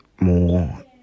more